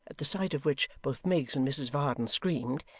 at the sight of which both miggs and mrs varden screamed,